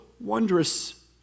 wondrous